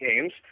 games